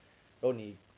what you mean